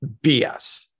BS